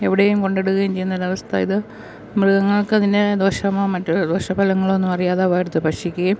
എവിടെയും കൊണ്ടിടുകയും ചെയ്യുന്ന ഒരവസ്ഥ ഇത് മൃഗങ്ങൾക്കതിൻ്റെ ദോഷമോ മറ്റ് ദോഷ ഫലങ്ങളോ ഒന്നും അറിയാതെ അവ എടുത്ത് ഭക്ഷിക്കുകയും